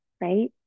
right